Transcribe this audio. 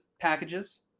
packages